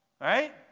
Right